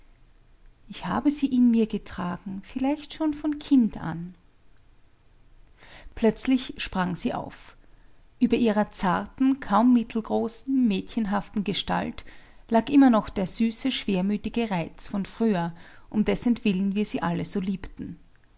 ich habe sie in mir getragen vielleicht schon von kind an plötzlich sprang sie auf über ihrer zarten kaum mittelgroßen mädchenhaften gestalt lag immer noch der süße schwermütige reiz von früher um dessentwillen wir sie alle so liebten